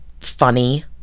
funny